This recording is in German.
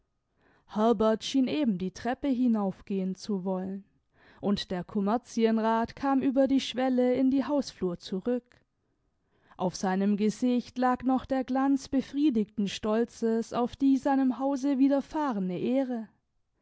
herbert schien eben die treppe hinaufgehen zu wollen und der kommerzienrat kam über die schwelle in die hausflur zurück auf seinem gesicht lag noch der glanz befriedigten stolzes auf die seinem hause widerfahrene ehre